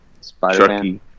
Spider-Man